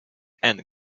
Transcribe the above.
and